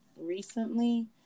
recently